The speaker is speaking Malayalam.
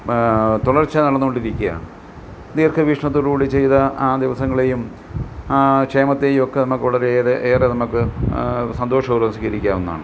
തുടർച്ച നടന്നുകൊണ്ടിരിക്കുകയാണ് ദീർഘ വീക്ഷണത്തിലൂടെ ചെയ്ത ആ ദിവസങ്ങളെയും ആ ക്ഷേമത്തേയും ഒക്കെ നമുക്ക് വളരെയേറെ ഏറെ നമുക്ക് സന്തോഷപൂർവ്വം സ്വീകരിക്കാവുന്നാണ്